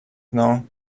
know